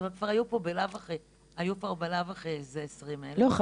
אבל כבר היו פה בלאו הכי איזה 20,000 --- לא,